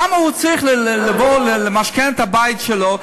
למה הוא צריך לבוא למשכן את הבית שלו,